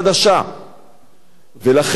ולכן הם רצו שהערבים ינצחו.